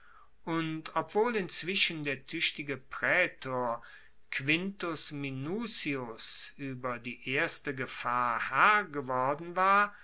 und obwohl inzwischen der tuechtige praetor quintus minucius ueber die erste gefahr herr geworden war